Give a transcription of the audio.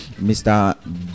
mr